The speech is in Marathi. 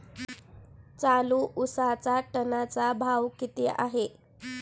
चालू उसाचा टनाचा भाव किती आहे?